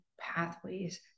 pathways